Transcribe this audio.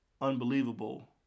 unbelievable